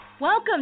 Welcome